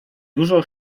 dużo